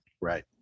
Right